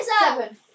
Seven